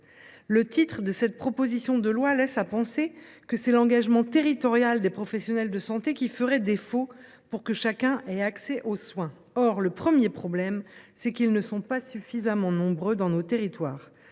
Le titre de cette proposition de loi laisse à penser que c’est l’engagement territorial des professionnels de santé qui ferait défaut pour que chacun ait accès aux soins. Or le premier problème est qu’ils ne sont pas suffisamment nombreux dans nos territoires.